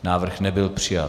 Návrh nebyl přijat.